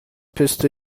پسته